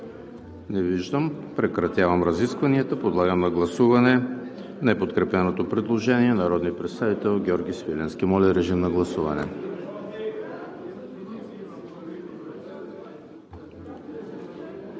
Не виждам. Прекратявам разискванията. Подлагам на гласуване неподкрепеното предложение на народния представител Георги Свиленски. Гласували